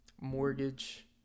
mortgage